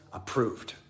approved